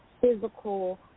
physical